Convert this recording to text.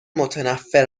متنفر